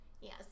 Yes